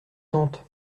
tante